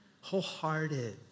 wholehearted